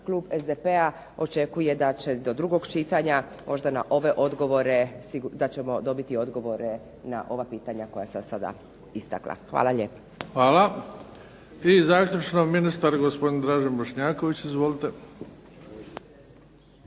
drugog čitanja da ćemo dobiti odgovore na ova pitanja koja sam sada istakla. Hvala lijepa. **Bebić, Luka (HDZ)** Hvala. I zaključno, ministar gospodin Dražen Bošnjaković. Izvolite.